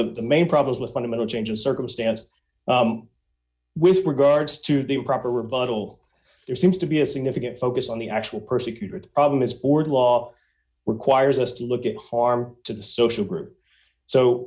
the main problems with fundamental change of circumstance with regards to the improper rebuttal there seems to be a significant focus on the actual persecuted problem is bored law requires us to look at harm to the social group so